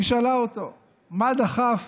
היא שאלה אותו מה דחף